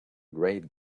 great